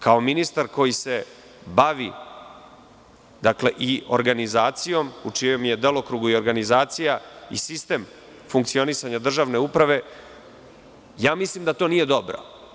Kao ministar koji se bavi i organizacijom u čijem je delokrugu i organizacija i sistem funkcionisanja državne uprave, mislim da to nije dobro.